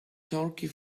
turkey